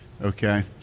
Okay